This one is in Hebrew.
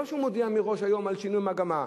לא שהוא מודיע מראש היום על שינוי מגמה.